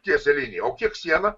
tiesia linija o kiek siena